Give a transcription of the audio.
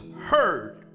heard